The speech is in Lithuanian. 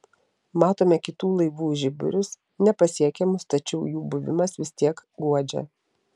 matome kitų laivų žiburius nepasiekiamus tačiau jų buvimas vis tiek guodžia